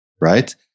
right